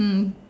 mm